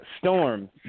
Storm